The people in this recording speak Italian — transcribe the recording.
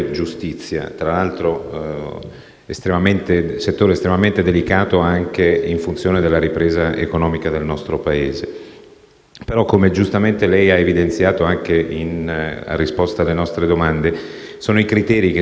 l'altro è estremamente delicato, anche in funzione della ripresa economica del nostro Paese. Tuttavia, come giustamente ha evidenziato in risposta alle nostre domande, sono i criteri che spesso dovrebbero essere